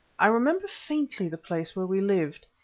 i remember faintly the place where we lived.